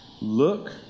Look